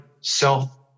self